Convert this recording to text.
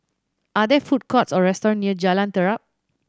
are there food courts or restaurant near Jalan Terap